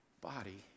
body